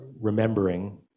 remembering